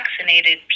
vaccinated